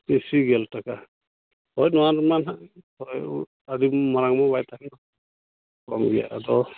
ᱤᱥᱤ ᱜᱮᱞ ᱴᱟᱠᱟ ᱦᱳᱭ ᱱᱚᱣᱟ ᱨᱮᱱᱟᱜ ᱦᱟᱜ ᱟᱹᱰᱤ ᱫᱤᱱ ᱢᱟᱲᱟᱝ ᱢᱟ ᱵᱟᱭ ᱛᱟᱦᱮᱸ ᱠᱟᱱ ᱠᱚᱢ ᱜᱮᱭᱟ ᱟᱫᱚ